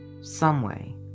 someway